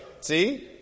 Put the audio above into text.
see